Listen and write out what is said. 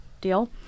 deal